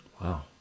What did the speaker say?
wow